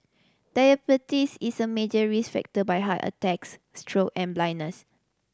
diabetes is a major risk factor by heart attacks stroke and blindness